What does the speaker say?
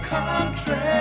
country